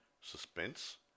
suspense